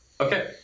Okay